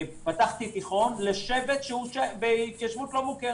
ופתחתי תיכון לשבט שהוא בהתיישבות לא מוכרת.